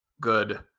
good